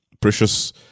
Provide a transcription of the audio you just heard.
precious